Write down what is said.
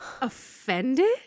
offended